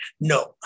no